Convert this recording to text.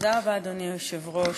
תודה רבה, אדוני היושב-ראש.